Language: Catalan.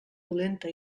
dolenta